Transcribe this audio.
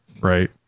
right